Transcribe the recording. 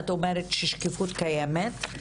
את אומרת ששקיפות קיימת.